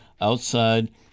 outside